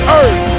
earth